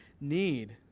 need